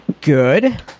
Good